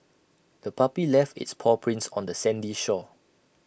the puppy left its paw prints on the sandy shore